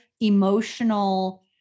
emotional